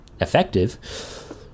effective